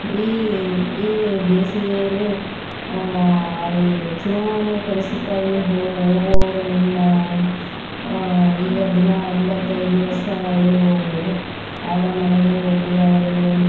ಈ ಈ ಬೇಸ್ಗೆಯಲ್ಲಿ ಈ ಚುನಾವಣೆಯ ಕೆಲಸಕ್ಕಾಗಿ ಹೋಗೋವ್ರಿ ನಾವು ಈಗ ದಿನ ಎಂಬತ್ತೈದು ವರ್ಷ ಆಗಿರ್ಬೋದು ಅವರ ಮನೆಗೆ ಹೋಗಿ ಅವರಿಗೆ